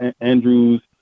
Andrews